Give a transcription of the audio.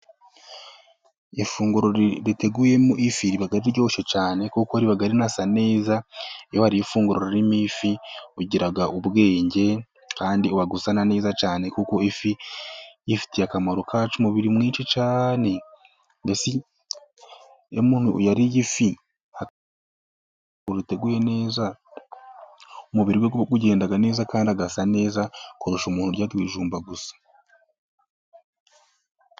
Ifunguro riteguyemo ifi riba riryoshye cyane, kuko riba rinasa neza, iyo wariye ifunguro ririmo ifi, ugira ubwenge kandi uba usa neza cyane, kuko ifi ifitiye akamaro kacu umubiri mwinshi cyane! Kuko iyo umuntu yariye ifi iteguye neza umubiri we ugenda neza kandi agasa neza kurusha umuntu urya ibijumba gusa.